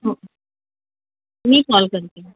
हो मी कॉल करते